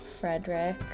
Frederick